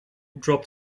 dropped